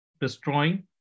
destroying